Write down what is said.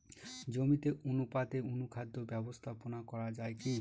জমিতে অনুপাতে অনুখাদ্য ব্যবস্থাপনা করা য়ায় কি?